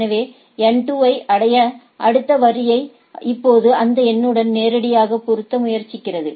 எனவே N 2 ஐ அடைய அடுத்த வரிசை இப்போது இந்த எண்ணுடன் நேரடியாக பொருத்த முயற்சிக்கிறது